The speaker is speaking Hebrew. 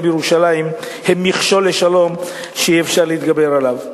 בירושלים הם מכשול לשלום שאי-אפשר להתגבר עליו.